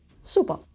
Super